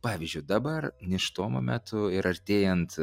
pavyzdžiui dabar nėštumo metu ir artėjant